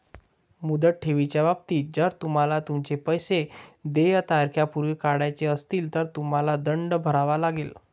मुदत ठेवीच्या बाबतीत, जर तुम्हाला तुमचे पैसे देय तारखेपूर्वी काढायचे असतील, तर तुम्हाला दंड भरावा लागेल